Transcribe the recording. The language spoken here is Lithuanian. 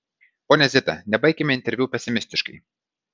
ponia zita nebaikime interviu pesimistiškai